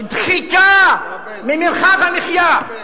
דחיקה ממרחב המחיה.